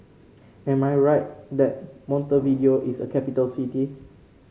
am I right that Montevideo is a capital city